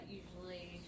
usually